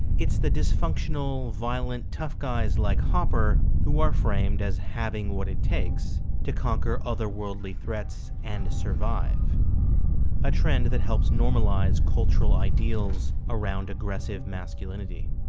it's the dysfunctional violent tough guys like hopper who are framed as having what it takes to conquer otherworldly threats and survive a trend that helps normalize cultural ideals around aggressive masculinity